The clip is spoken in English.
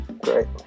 great